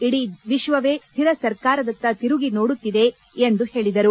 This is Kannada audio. ಇಡೀ ವಿಶ್ವವೇ ಸ್ಟಿರ ಸರ್ಕಾರದತ್ತ ತಿರುಗಿ ನೋಡುತ್ತಿದೆ ಎಂದು ಹೇಳಿದರು